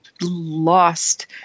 lost